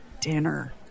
dinner